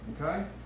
okay